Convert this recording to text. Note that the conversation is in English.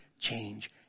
change